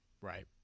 Right